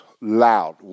loud